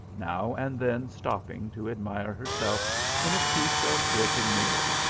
now and then stopping to admire herself in a piece of broken mirror.